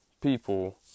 people